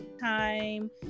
time